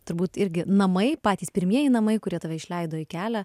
turbūt irgi namai patys pirmieji namai kurie tave išleido į kelią